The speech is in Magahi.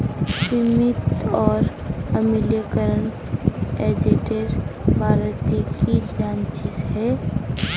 सीमित और अम्लीकरण एजेंटेर बारे ती की जानछीस हैय